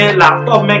laptop